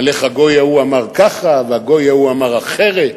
על איך הגוי ההוא אמר כך והגוי ההוא אמר אחרת,